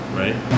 right